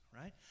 right